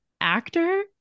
actor